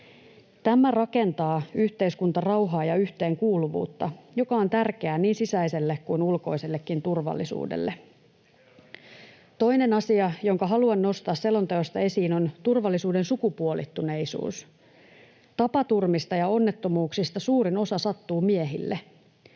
Tämä rakentaa yhteiskuntarauhaa ja yhteenkuuluvuutta, joka on tärkeää niin sisäiselle kuin ulkoisellekin turvallisuudelle. Toinen asia, jonka haluan nostaa selonteosta esiin, on turvallisuuden sukupuolittuneisuus. Tapaturmista ja onnettomuuksista suurin osa sattuu miehille.